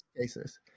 cases